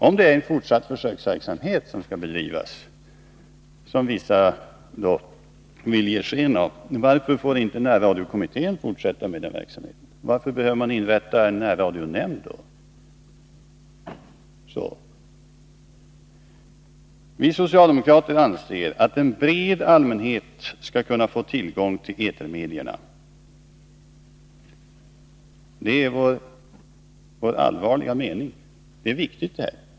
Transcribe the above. Om en fortsatt försöksverksamhet skall bedrivas, vilket vissa vill ge sken av, varför får då närradiokommittén inte fortsätta med den verksamheten? Varför behöver man inrätta en närradionämnd? Vi socialdemokrater anser att en bred allmänhet skall kunna få tillgång till etermedierna. Det är vår allvarliga mening. Detta är viktigt.